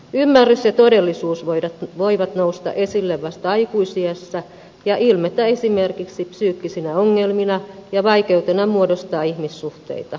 ymmärrys ja todellisuus voivat nousta esille vasta aikuisiässä ja ilmetä esimerkiksi psyykkisinä ongelmina ja vaikeutena muodostaa ihmissuhteita